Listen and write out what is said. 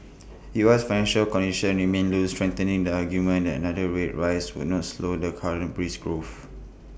U S financial conditions remain loose strengthening the argument that another rate rise would not slow the current brisk growth